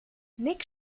nick